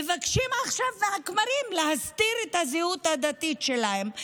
מבקשים עכשיו מהכמרים להסתיר את הזהות הדתית שלהם,